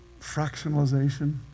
fractionalization